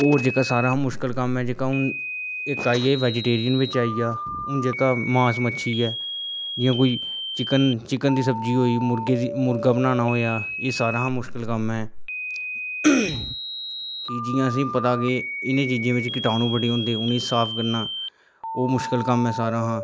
होर जेह्का सारें कशा मुश्कल कम्म ऐ हून इक्क आई गेआ बेज़ीटेरियन बिच आई गेआ हून जेह्का मास मच्छी ऐ जियां कोई चिकन दी सब्ज़ी होई मुर्गे दी मुर्गा बनाना होआ एह् सारें कशा मुश्कल कम्म ऐ की जियां असेंगी पता के इनें चीज़ें बिच किटाणु बड़े होंदे इनेंगगी साफ करना ओह् मुश्कल कम्म ऐ करने कशा